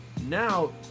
Now